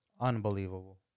Unbelievable